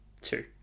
two